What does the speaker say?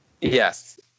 Yes